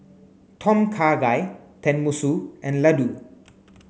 Tom Kha Gai Tenmusu and Ladoo